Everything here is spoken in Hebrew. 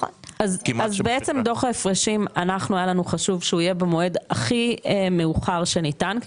היה חשוב לנו שדוח ההפרשים יהיה במועד הכי מאוחר שניתן,